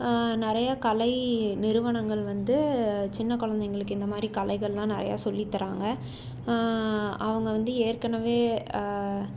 நிறையா கலை நிறுவனங்கள் வந்து சின்ன குழந்தைங்களுக்கு இந்த மாதிரி கலைகள்லாம் நிறையா சொல்லித் தர்றாங்க அவங்க வந்து ஏற்கனவே